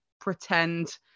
pretend